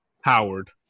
Howard